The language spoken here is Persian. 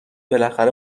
بالاخره